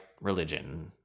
religion